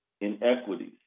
inequities